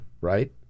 right